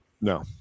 No